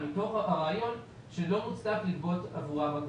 הרעיון שלא הוצע לגבות אגרה.